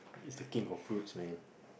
it's the king of fruits man